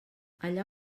allà